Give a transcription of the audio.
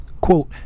quote